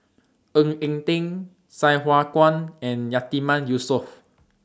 Ng Eng Teng Sai Hua Kuan and Yatiman Yusof